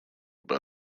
but